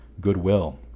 goodwill